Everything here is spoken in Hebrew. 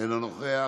אינו נוכח,